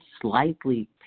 slightly